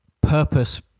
purpose